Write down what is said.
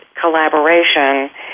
collaboration